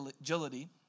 agility